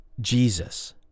Jesus